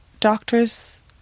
Doctors